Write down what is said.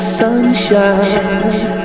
sunshine